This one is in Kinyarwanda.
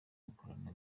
bakorana